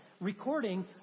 recording